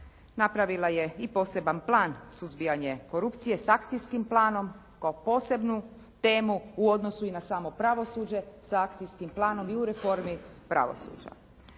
napravila je i poseban plan suzbijanja korupcije sa akcijskim planom kao posebnu temu u odnosu i na samo pravosuđe sa akcijskim planom i u reformi pravosuđa.